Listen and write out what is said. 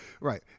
Right